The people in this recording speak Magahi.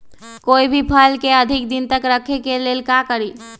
कोई भी फल के अधिक दिन तक रखे के लेल का करी?